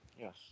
Yes